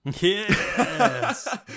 Yes